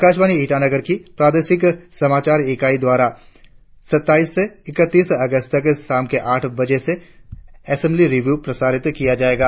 आकाशवाणी ईटानगर की प्रादेशिक समाचार इकाई द्वारा सत्ताईस से ईकतीस अगस्त तक साम के आठ बजे से असेमब्ली रिवियू प्रसारित किया जाएगा